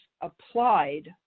applied